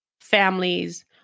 families